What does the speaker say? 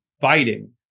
fighting